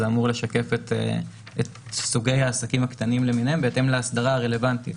זה אמור לשקף את סוגי העסקים הקטנים למיניהם בהתאם לאסדרה הרלוונטית.